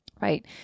right